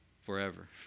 forever